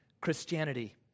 Christianity